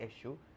issue